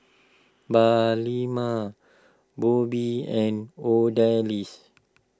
Palela Bobbie and Odalis